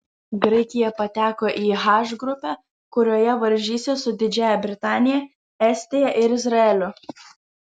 graikija pateko į h grupę kurioje varžysis su didžiąja britanija estija ir izraeliu